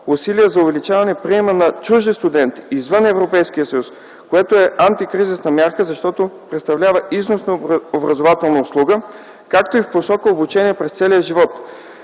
усилия за увеличаване приема на чужди студенти извън Европейския съюз, което е антикризисна мярка, защото представлява износ на образователна услуга, както и в посока обучение през целия живот,